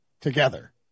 together